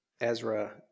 Ezra